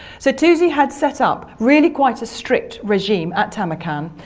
so toosey had set up really quite a strict regime at tamarkan,